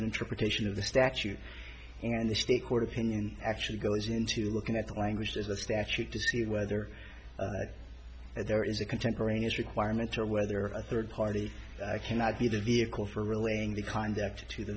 interpretation of the statute and the state court opinion actually goes into looking at the language of the statute to see whether there is a contemporaneous requirement or whether a third party cannot be the vehicle for relaying the conduct to the